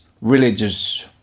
religious